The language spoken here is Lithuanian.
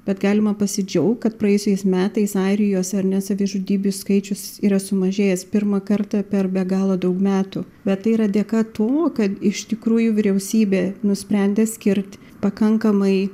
bet galima pasidžiaugt kad praėjusiais metais airijos ar ne savižudybių skaičius yra sumažėjęs pirmą kartą per be galo daug metų bet tai yra dėka to kad iš tikrųjų vyriausybė nusprendė skirt pakankamai